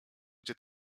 gdzie